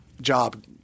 job –